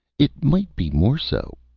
it might be more so,